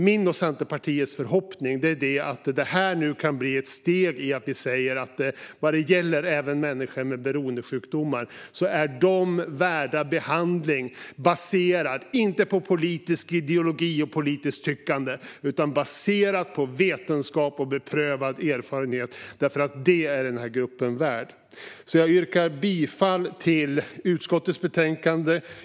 Min och Centerpartiets förhoppning är att detta nu kan bli ett steg mot att vi säger: Även människor med beroendesjukdomar är värda behandling baserad inte på politisk ideologi och politiskt tyckande utan på vetenskap och beprövad erfarenhet. Det är nämligen den här gruppen värd.